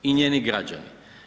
I njeni građani.